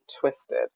twisted